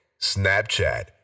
Snapchat